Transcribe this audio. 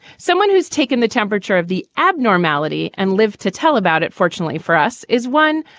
someone who's taken the temperature of the abnormality and lived to tell about it, fortunately for us, is one.